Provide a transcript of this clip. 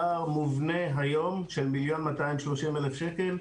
פער מובנה היום של 1.230 מיליון שקל,